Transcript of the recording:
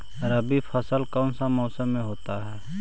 रवि फसल कौन सा मौसम में होते हैं?